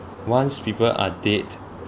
once people are dead